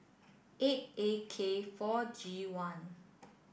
eight A K four G one